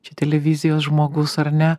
čia televizijos žmogus ar ne